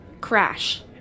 Crash